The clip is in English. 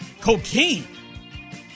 cocaine